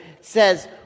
says